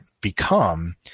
become